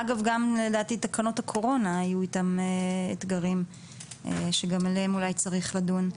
אגב גם לדעתי תקנות הקורונה היו איתן אתגרים שגם עליהן אולי צריך לדון.